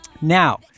now